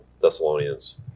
Thessalonians